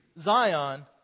Zion